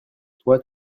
toi